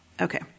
Okay